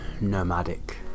Nomadic